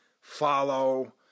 follow